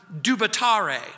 dubitare